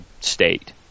state